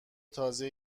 تازه